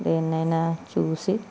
దేనినైనా చూసి